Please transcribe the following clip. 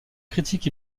critique